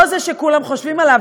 לא זה שכולם חושבים עליו,